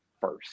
first